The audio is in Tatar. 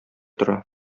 тора